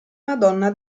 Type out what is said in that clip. madonna